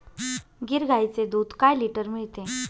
गीर गाईचे दूध काय लिटर मिळते?